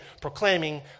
proclaiming